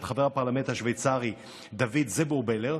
את חבר הפרלמנט השוויצרי דוד צוברבולר,